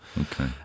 okay